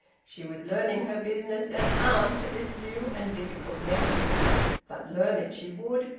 she was learning her business as aunt to this new and difficult nephew but learn it she would,